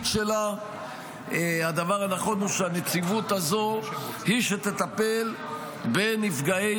שלה הדבר הנכון הוא שהנציבות הזו היא שתטפל בנפגעי